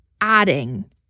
adding